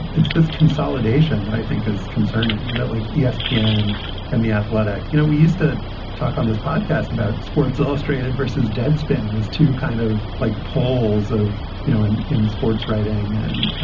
it's this consolidation that i think is concerning that like yeah espn yeah and the athletic. you know, we used to talk on this podcast about sports illustrated versus deadspin is to kind of like polls of, you know, in in sports writing. and,